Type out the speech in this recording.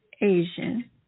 Asian